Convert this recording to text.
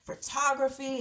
photography